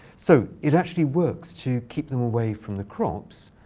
so it actually works to keep them away from the crops.